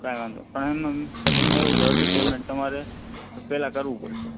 કાંઈ વાંધો નહીં પણ એમાં સેટિંગમાં એવું છે અડધું પેમેન્ટ તમારે પહેલા કરવું પડશે